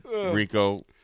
Rico